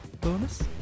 bonus